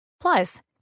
Plus